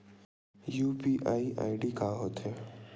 UPI ID का होथे?